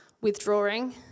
withdrawing